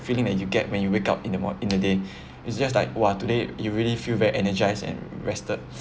feeling that you get when you wake up in the mor~ in the day is just like !wah! today you really feel very energized and rested